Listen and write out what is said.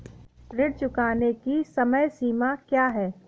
ऋण चुकाने की समय सीमा क्या है?